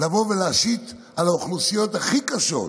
לבוא ולהשית על האוכלוסיות הכי קשות,